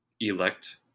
elect